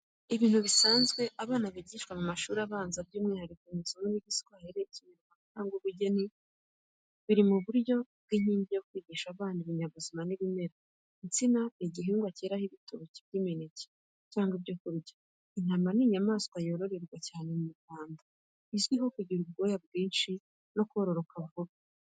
Ibintu bisanzwe abana bigishwa mu mashuri abanza, by’umwihariko mu isomo ry’Igiswahili, Ikinyarwanda cyangwa Ubugeni. Biri mu buryo bw’inkingi yo kwigisha abana ibinyabuzima n’ibimera. Insina ni igihingwa cyeraho ibitoki by'imineke cyangwa ibyo kurya. Intama ni inyamaswa yororerwa cyane mu Rwanda, izwiho kugira ubwoya bwinshi no kororoka vuba.